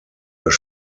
das